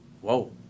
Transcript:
whoa